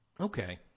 Okay